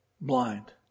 blind